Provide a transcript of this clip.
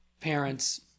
parents